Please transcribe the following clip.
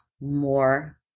more